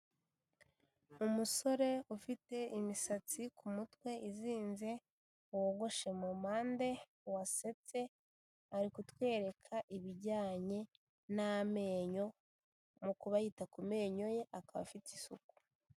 Umusore ufite imisatsi ku mutwe izinze wogoshe mu mpande wasetse, ari kutwereka ibijyanye n'amenyo mu kuba yita ku menyo ye akaba afite isuku.